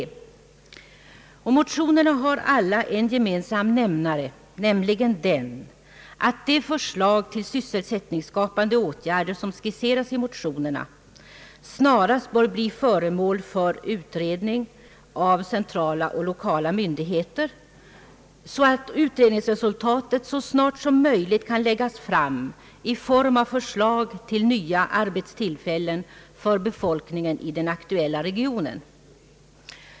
Motionerna har alla en gemensam nämnare, nämligen den att de förslag till sysselsättningsskapande åtgärder som skisserats snarast bör bli föremål för utredning av centrala och lokala myndigheter, så att utredningsresultatet så snart som möjligt kan läggas fram i form av förslag till nya arbetstillfällen för befolkningen i den aktuella regionen.